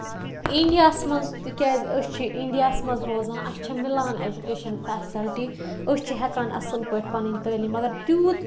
اِنڈیاہَس منٛز تِکیازِ أسۍ چھِ اِنڈیاہَس منٛز روزان اَسہِ چھےٚ مِلان ایجوکیشَن فیسَلٹی أسۍ چھِ ہٮ۪کان اَصٕل پٲٹھۍ پَنٕنۍ تعلیٖم مَگر تیوٗت